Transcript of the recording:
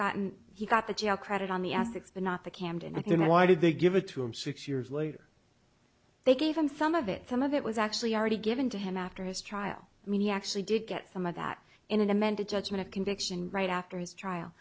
gotten he got the jail credit on the ethics but not the camden and then why did they give it to him six years later they gave him some of it some of it was actually already given to him after his trial i mean he actually did get some of that in an amended judgment a conviction right after his trial